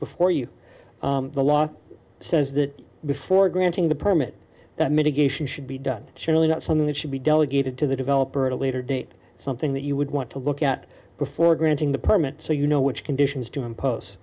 before you the law says that before granting the permit that mitigation should be done generally not something that should be delegated to the developer at a later date something that you would want to look at before granting the permit so you know which conditions to impose